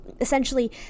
essentially